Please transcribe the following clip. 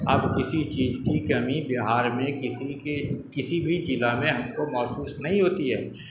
اب کسی چیز کی کمی بہار میں کسی کے کسی بھی ضلع میں ہم کو محسوس نہیں ہوتی ہے